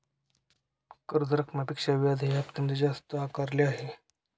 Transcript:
कर्ज रकमेपेक्षा व्याज हे हप्त्यामध्ये जास्त का आकारले आहे?